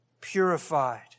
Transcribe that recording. Purified